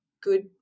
good